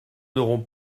n’aurons